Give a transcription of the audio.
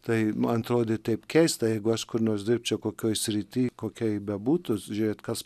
tai man atrodė taip keista jeigu aš kur nors dirbčiau kokioj srityj kokia ji bebūtų žiūrėt kas